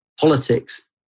politics